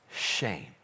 Shame